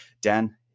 dan